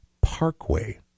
parkway